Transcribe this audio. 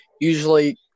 usually